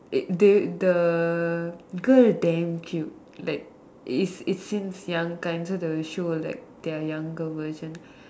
it they the girl damn cute like is it since young time so they will show like their younger version